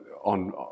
on